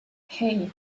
hei